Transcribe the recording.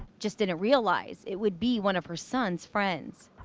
just didn't realize it would be one of her son's friends.